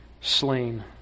slain